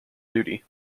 duty